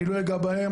לא אגע בהן.